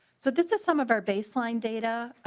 so this is some of our baseline data.